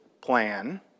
plan